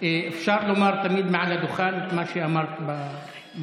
אפשר לומר תמיד מעל הדוכן את מה שאמרת במושב.